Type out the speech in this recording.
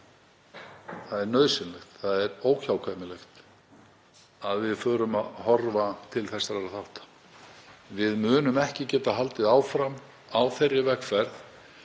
það er nauðsynlegt, það er óhjákvæmilegt, að við förum að horfa til þessara þátta. Við munum ekki geta haldið áfram á þeirri vegferð